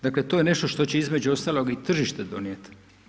Dakle, to je nešto što će između ostaloga i tržište donijeti.